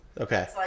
Okay